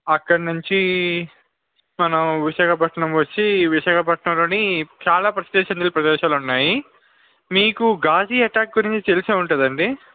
అక్కడ నుంచి మనం విశాఖపట్నం వచ్చి విశాఖపట్నంలోని చాలా ప్రసిద్ధి చెందిన ప్రదేశాలు ఉన్నాయి మీకు ఘాజి ఎటాక్ గురించి తెలిసే ఉంటుంది అండి